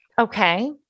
Okay